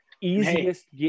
easiest